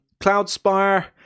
Cloudspire